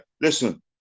Listen